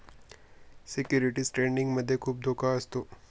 securities trading मध्ये खुप धोका असतो